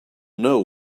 know